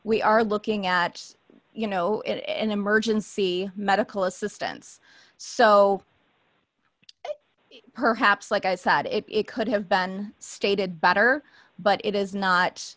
we are looking at you know an emergency medical assistance so perhaps like i said it could have been stated better but it is not